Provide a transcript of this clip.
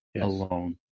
alone